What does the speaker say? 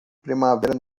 primavera